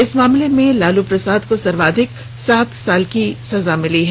इस मामले में लालू प्रसाद को सर्वाधिक सात साल की सजा मिली है